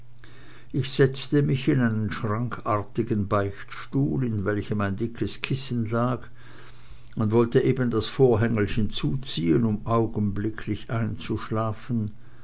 ich setzte mich in einen schrankartigen beichtstuhl in welchem ein dickes kissen lag und wollte eben das vorhängelchen zuziehen um augenblicklich einzuschlafen